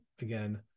again